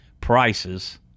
prices